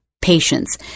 patience